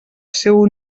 seu